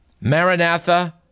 Maranatha